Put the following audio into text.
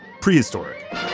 prehistoric